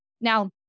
Now